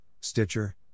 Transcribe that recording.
Stitcher